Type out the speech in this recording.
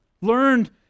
learned